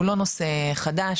הוא לא נושא חדש,